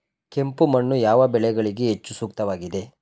ಕೆಂಪು ಮಣ್ಣು ಯಾವ ಬೆಳೆಗಳಿಗೆ ಹೆಚ್ಚು ಸೂಕ್ತವಾಗಿದೆ?